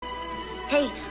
Hey